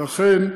ולכן,